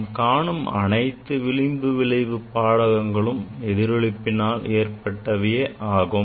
நாம் காணும் அனைத்து விளிம்பு விளைவு பாடகங்களும் எதிரொளிப்பினால் ஏற்பட்டவையே ஆகும்